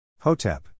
Hotep